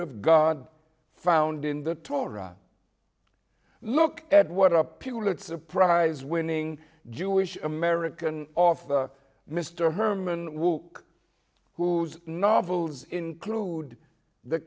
of god found in the torah look at what our people it's a prize winning jewish american of mr herman wouk whose novels include the